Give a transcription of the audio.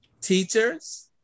teachers